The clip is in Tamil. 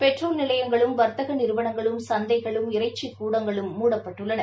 பெட்ரோல் நிலையங்களும் வர்த்தக நிறுவனங்களும் சந்தைகளும் இறைச்சிக் கூடங்களும் முடப்பட்டுள்ளன